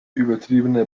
übertriebene